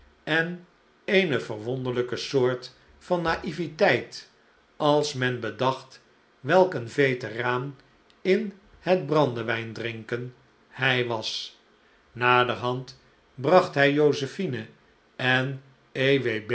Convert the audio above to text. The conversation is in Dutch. en eene verwonderlijke soort van naiveteit als men bedacht welk een veteraan in het brandewijn drinken hij was naderhand bracht hij josephine en